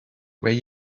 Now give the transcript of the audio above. where